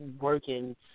working